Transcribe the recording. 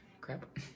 Crap